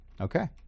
Okay